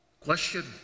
question